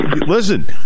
Listen